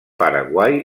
paraguai